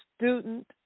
student